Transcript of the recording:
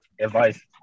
advice